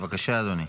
בבקשה, אדוני.